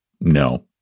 No